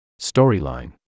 storyline